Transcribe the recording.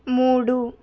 మూడు